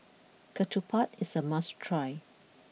Ketupat is a must try